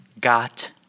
got